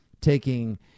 taking